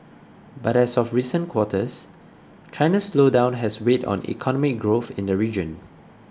but as of recent quarters China's slowdown has weighed on economic growth in the region